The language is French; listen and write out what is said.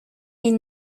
est